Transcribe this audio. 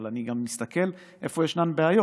אבל אני גם מסתכל איפה ישנן בעיות.